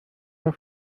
der